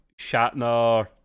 Shatner